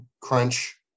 crunch